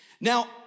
Now